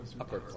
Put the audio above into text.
Upper